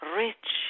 rich